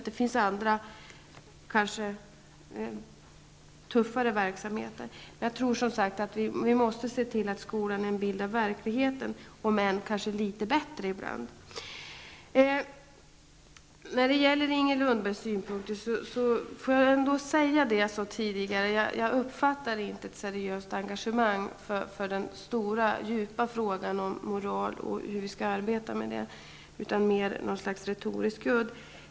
Men det finns också exempel på verksamheter som kanske är tuffare. Jag tror, som sagt, att vi måste se till att skolan är en bild av verkligheten, och ibland kanske litet bättre än så. När det gäller Inger Lundbergs synpunkter upprepar jag att jag inte uppfattar ett seriöst engagemang i den stora och djupa frågan om moralen och om hur vi skall arbeta i det sammanhanget utan mera ett slags retorisk udd.